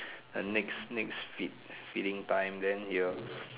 the next next feed feeding time then he'll